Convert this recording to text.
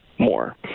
More